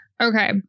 Okay